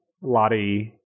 Lottie